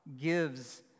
gives